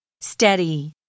Steady